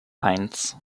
eins